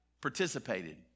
participated